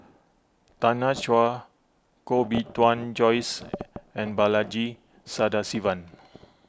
Tanya Chua Koh Bee Tuan Joyce and Balaji Sadasivan